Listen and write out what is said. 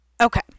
Okay